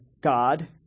God